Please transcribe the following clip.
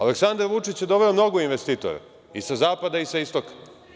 Aleksandar Vučić je doveo mnogo investitora, i sa zapada i sa istoka.